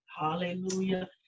hallelujah